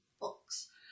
books